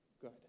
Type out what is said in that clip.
good